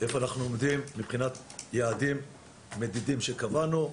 איפה אנחנו עומדים ביעדים המדידים שקבענו,